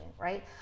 right